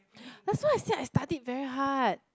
that's why I said I studied very hard